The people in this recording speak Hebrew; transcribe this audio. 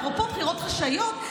אפרופו בחירות חשאיות,